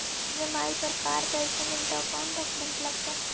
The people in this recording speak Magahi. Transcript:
ई.एम.आई पर कार कैसे मिलतै औ कोन डाउकमेंट लगतै?